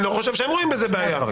אני לא חושב שהם רואים בזה בעיה.